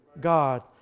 God